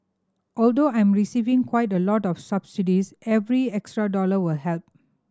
although I'm receiving quite a lot of subsidies every extra dollar will help